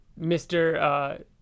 Mr